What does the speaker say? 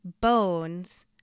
bones